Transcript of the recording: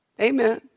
Amen